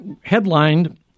headlined